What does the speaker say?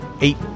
eight